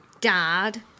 Dad